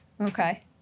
Okay